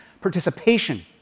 participation